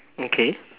okay